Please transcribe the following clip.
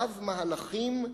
רב-מהלכים,